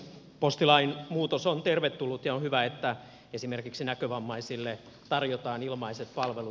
postilain muutos on tervetullut ja on hyvä että esimerkiksi näkövammaisille tarjotaan ilmaiset palvelut